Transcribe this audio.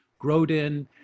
Grodin